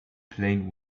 plane